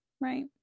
right